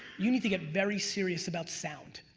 you need to get very serious about sound.